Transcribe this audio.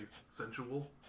sensual